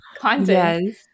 content